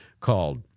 called